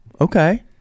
Okay